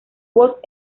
voz